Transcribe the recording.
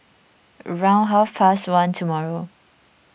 round about half past one tomorrow